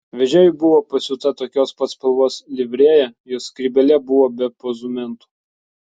vežėjui buvo pasiūta tokios pat spalvos livrėja jo skrybėlė buvo be pozumentų